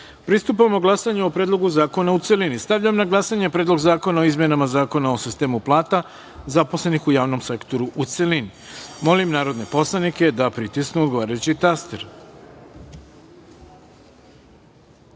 glasanju o Predlogu zakona u celini. Stavljam na glasanje Predlog zakona o izmenama Zakona o sistemu plata zaposlenih u javnom sektoru, u celini. Molim poslanike da pritisnu odgovarajući